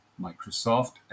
Microsoft